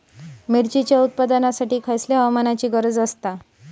मिरचीच्या उत्पादनासाठी कसल्या हवामानाची गरज आसता?